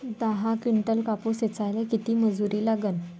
दहा किंटल कापूस ऐचायले किती मजूरी लागन?